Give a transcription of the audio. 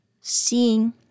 seeing